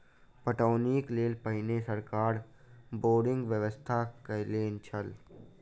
पटौनीक लेल पहिने सरकार बोरिंगक व्यवस्था कयने छलै